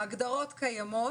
ההגדרות קיימות,